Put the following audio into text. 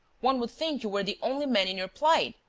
one would think you were the only man in your plight.